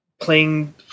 playing